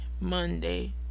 Monday